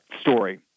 story